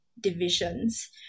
divisions